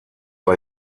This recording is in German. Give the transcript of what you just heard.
war